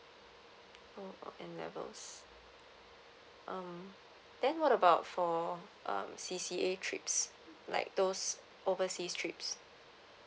O or N levels um then what about for um C_C_A trips like those overseas trips